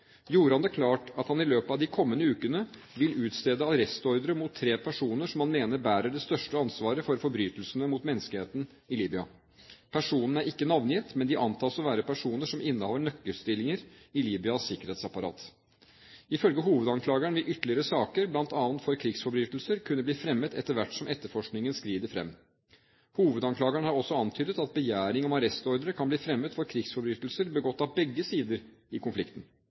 gjorde han det klart at han i løpet av de kommende ukene vil utstede arrestordre mot tre personer som han mener bærer det største ansvaret for forbrytelsene mot menneskeheten i Libya. Personene er ikke navngitt, men de antas å være personer som innehar nøkkelstillinger i Libyas sikkerhetsapparat. Ifølge hovedanklageren vil ytterligere saker, bl.a. for krigsforbrytelser, kunne bli fremmet etter hvert som etterforskningen skrider fram. Hovedanklageren har også antydet at begjæring om arrestordre kan bli fremmet for krigsforbrytelser begått av begge sider i konflikten.